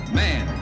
man